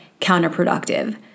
counterproductive